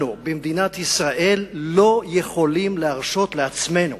אנחנו במדינת ישראל לא יכולים להרשות לעצמנו